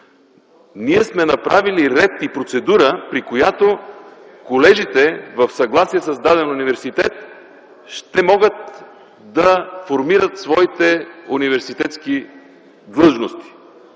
ние сме направили ред и процедура, при която колежите, в съгласие с даден университет, ще могат да формират своите университетски длъжности.